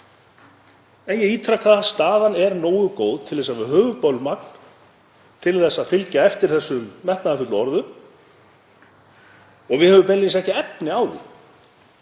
En ég ítreka að staðan er nógu góð til þess að við höfum bolmagn til að fylgja eftir þessum metnaðarfullu orðum. Við höfum beinlínis ekki efni á því,